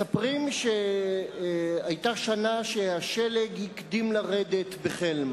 מספרים שהיתה שנה שהשלג הקדים לרדת בחלם